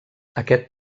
aquest